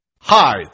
Hi